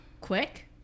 quick